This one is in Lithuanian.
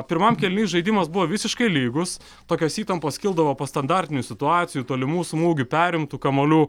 pirmam kėliny žaidimas buvo visiškai lygus tokios įtampos kildavo po standartinių situacijų tolimų smūgių perimtų kamuolių